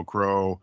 Crow